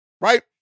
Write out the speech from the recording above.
right